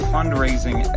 Fundraising